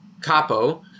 capo